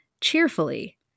cheerfully